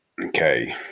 Okay